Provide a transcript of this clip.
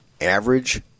average